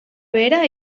behera